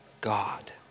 God